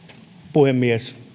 puhemies